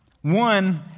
One